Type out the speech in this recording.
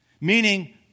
meaning